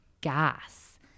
gas